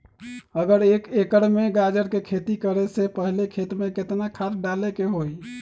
अगर एक एकर में गाजर के खेती करे से पहले खेत में केतना खाद्य डाले के होई?